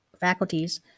faculties